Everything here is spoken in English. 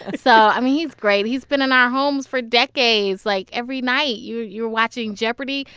so, i mean, he's great. he's been in our homes for decades. like, every night, you're you're watching jeopardy!